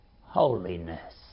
Holiness